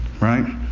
Right